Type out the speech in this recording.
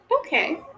Okay